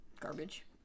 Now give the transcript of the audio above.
garbage